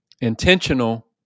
Intentional